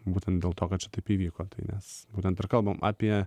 būtent dėl to kad taip įvyko tai nes būtent ir kalbame apie